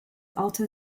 alto